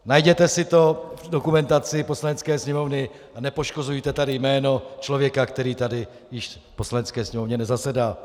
Najděte si to v dokumentaci Poslanecké sněmovny a nepoškozujte jméno člověka, který tady již v Poslanecké sněmovně nezasedá.